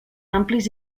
amplis